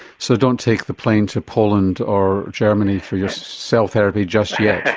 so don't take the plane to poland or germany for your cell therapy just yet.